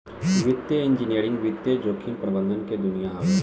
वित्तीय इंजीनियरिंग वित्तीय जोखिम प्रबंधन के दुनिया हवे